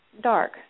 dark